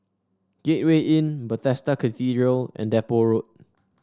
Gateway Inn Bethesda Cathedral and Depot Road